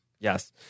yes